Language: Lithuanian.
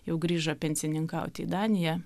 jau grįžo pensininkauti į daniją